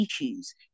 issues